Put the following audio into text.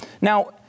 Now